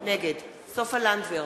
נגד סופה לנדבר,